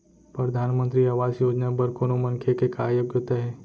परधानमंतरी आवास योजना बर कोनो मनखे के का योग्यता हे?